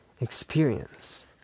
experience